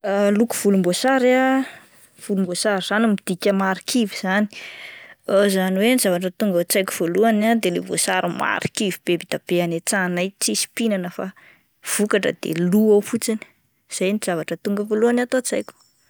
Loko volomboasary ah, volomboasary izany midika marikivy izany, izany hoe ny zavatra tonga ao an-tsaiko voalohany de ilay voasary marikivy be, be dia be any an-tsahanay tsisy mpihinana fa de vokatra de lo ao fotsiny, izay ny zavatra tonga voaloha ato an-tsaiko.